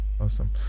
awesome